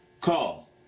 call